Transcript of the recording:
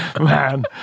man